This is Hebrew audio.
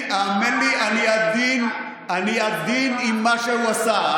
האמן לי, אני עדין עם מה שהוא עשה.